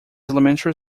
elementary